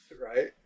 right